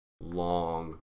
long